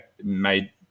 made